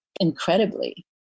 incredibly